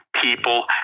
people